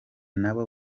nabo